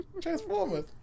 Transformers